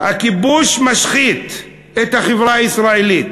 הכיבוש משחית את החברה הישראלית,